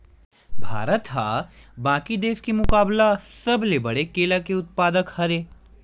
भारत हा बाकि देस के मुकाबला सबले बड़े केला के उत्पादक हरे